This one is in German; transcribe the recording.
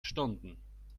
stunden